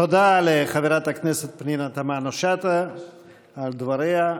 תודה לחברת הכנסת פנינה תמנו שטה על דבריה.